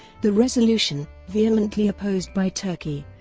the resolution, vehemently opposed by turkey,